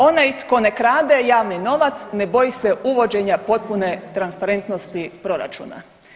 Onaj tko ne krade javni novac ne boji se uvođenja potpune transparentnosti proračuna.